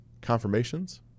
confirmations